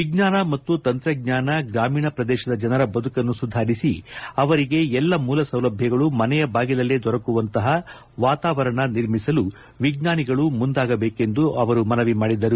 ವಿಜ್ಞಾನ ಮತ್ತು ತಂತ್ರಜ್ಞಾನ ಗ್ರಾಮೀಣ ಪ್ರದೇಶದ ಜನರ ಬದುಕನ್ನು ಸುಧಾರಿಸಿ ಅವರಿಗೆ ಎಲ್ಲಾ ಮೂಲ ಸೌಲಭ್ಯಗಳು ಮನೆಯ ಬಾಗಿಲಲ್ಲೇ ದೊರಕುವಂತಹ ವಾತಾವರಣ ನಿರ್ಮಿಸಲು ವಿಜ್ವಾನಿಗಳು ಮುಂದಾಗಬೇಕೆಂದು ಮನವಿ ಮಾಡಿದರು